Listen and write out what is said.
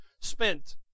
spent